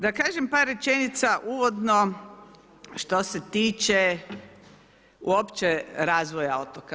Da kažem par rečenica uvodno što se tiče uopće razvoja otoka.